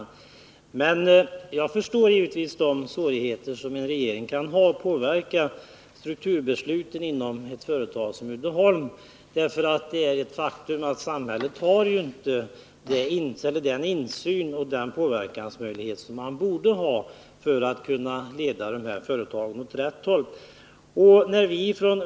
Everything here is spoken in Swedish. Givetvis förstår jag de svårigheter som en regering kan ha när det gäller att påverka strukturproblemen inom ett företag som Uddeholm, för det är ju ett faktum att samhället inte har den möjlighet till insyn och påverkan som det borde ha för att kunna leda den här typen av företag åt rätt håll.